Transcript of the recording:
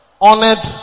honored